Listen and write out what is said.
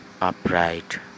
upright